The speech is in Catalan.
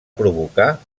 provocar